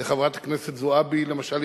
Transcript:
לחברת הכנסת זועבי למשל,